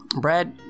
Brad